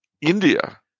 India